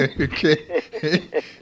okay